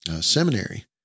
seminary